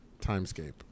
timescape